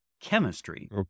chemistry